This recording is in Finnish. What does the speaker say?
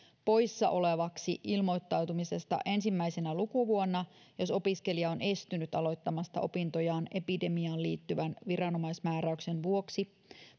poissa olevaksi ilmoittautumisesta ensimmäisenä lukuvuonna jos opiskelija on estynyt aloittamasta opintojaan epidemiaan liittyvän viranomaismääräyksen vuoksi